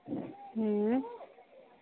ह्म्म